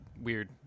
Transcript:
weird